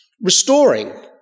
restoring